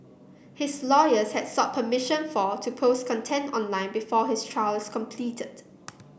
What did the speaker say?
his lawyers had sought permission for to post content online before his trial is completed